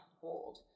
hold